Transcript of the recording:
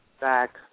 back